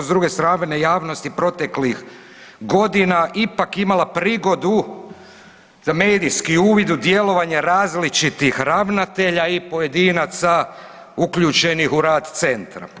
S druge strane javnosti proteklih godina ipak je imala prigodu da medijski uvid u djelovanje različitih ravnatelja i pojedinaca uključenih u rad centra.